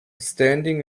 standing